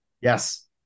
Yes